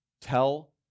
Tell